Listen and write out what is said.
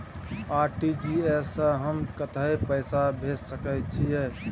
RTG S स हम कत्ते पैसा भेज सकै छीयै?